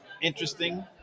interesting